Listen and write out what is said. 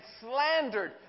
slandered